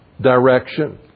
direction